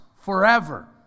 forever